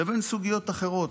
לבין סוגיות אחרות.